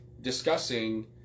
discussing